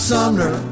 Sumner